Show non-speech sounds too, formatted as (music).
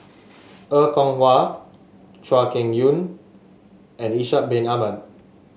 Er Kwong Wah Chuan Keng (unintelligible) and Ishak Bin Ahmad